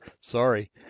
Sorry